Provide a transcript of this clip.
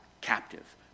captive